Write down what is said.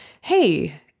hey